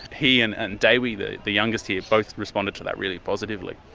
he and and dewi, the the youngest here, both responded to that really positively.